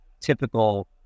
typical